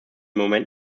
moment